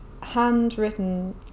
handwritten